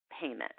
payment